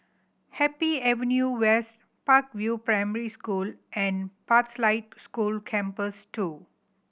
Happy Avenue West Park View Primary School and Pathlight School Campus Two